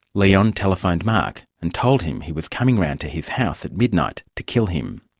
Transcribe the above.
leon telephoned mark and told him he was coming around to his house at midnight to kill him.